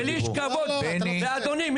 תפילה אנחנו